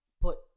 put